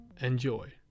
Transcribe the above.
Enjoy